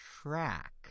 track